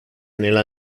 nella